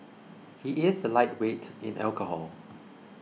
he is a lightweight in alcohol